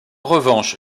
revanche